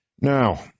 Now